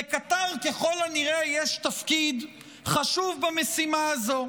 לקטר ככל הנראה יש תפקיד חשוב במשימה הזו.